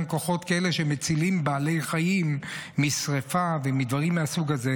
גם כוחות כאלה שמצילים בעלי חיים משרפה ומדברים מהסוג הזה.